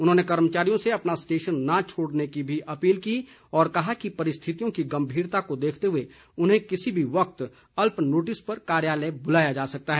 उन्होंने कर्मचारियों से अपना स्टेशन न छोड़ने की भी अपील की और कहा है कि परिस्थितियों की गंभीरता को देखते हुए उन्हें किसी भी वक्त अल्प नोटिस पर कार्यालय बुलाया जा सकता है